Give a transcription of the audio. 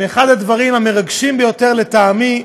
מאחד הדברים המרגשים ביותר לטעמי: